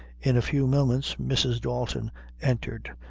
in a few moments mrs. dalton entered,